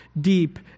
deep